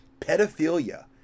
pedophilia